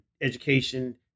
education